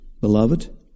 beloved